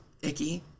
icky